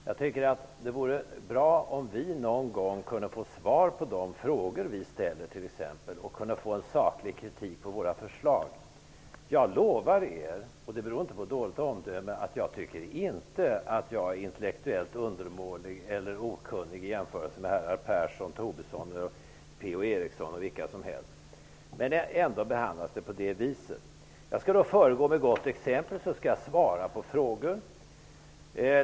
Jag tycker att det vore bra om vi någon gång kunde få svar på de frågor vi ställer och kunde få en saklig kritik av våra förslag. Jag lovar er, och det beror inte på dåligt omdöme, att jag tycker inte att jag är intellektuellt undermålig eller okunnig i jämförelse med herrar Persson, Tobisson, Per-Ola Eriksson och vilka som helst. Ändå framställs det på det viset. Jag skall föregå med gott exempel och svara på frågor.